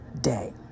Day